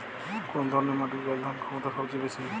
কোন ধরণের মাটির জল ধারণ ক্ষমতা সবচেয়ে বেশি?